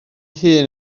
hun